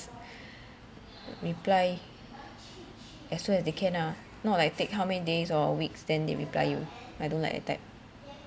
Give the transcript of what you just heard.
reply as soon as they can lah not like take how many days or weeks then they reply you I don't like that type